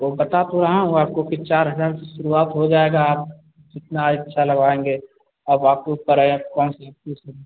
वो बता तो रहा हूँ आपको कि चार हजार से शुरूआत हो जाएगा आप जितना ही अच्छा लगवाएँगे अब आपके ऊपर है यह कौन सी कैसी